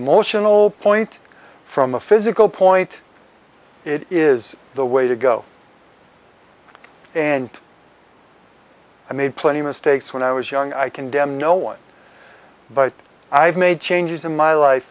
emotional point from a physical point it is the way to go and i made plenty of mistakes when i was young i condemn no one but i've made changes in my life